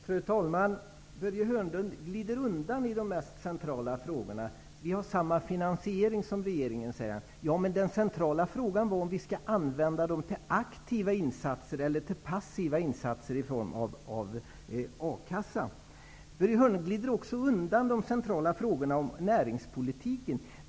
Fru talman! Börje Hörnlund glider undan i de mest centrala frågorna. Han säger att vi har samma finansiering som regeringen. Men den centrala frågan var om vi skall använda den till aktiva insatser eller till passiva insatser i form av A-kassa. Börje Hörnlund glider också undan de centrala frågorna om näringspolitiken.